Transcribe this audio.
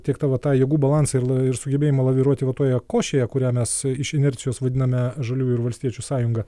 tiek tą va tą jėgų balansą ir la ir sugebėjimą laviruoti va toje košėje kurią mes iš inercijos vadiname žaliųjų ir valstiečių sąjunga